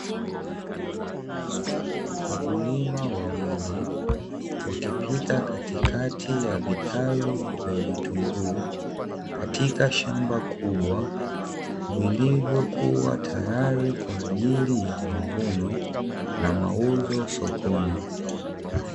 Wakulima wawili wakipita katikati ya vitalu vya vitunguu katika shamba kubwa, vilivokuwa, tayari kwa ajili ya mavuno na mauzo sokoni.